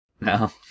No